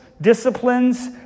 disciplines